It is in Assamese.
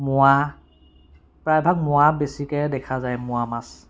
মোৱা প্ৰায়ভাগ মোৱা বেছিকৈ দেখা যায় মোৱা মাছ